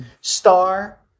Star